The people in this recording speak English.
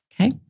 Okay